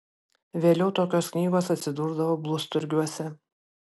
vėliau tokios knygos atsidurdavo blusturgiuose